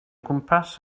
gwmpas